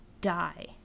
Die